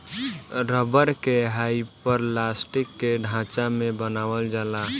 rubber के hyperelastic के ढांचा में बनावल जाला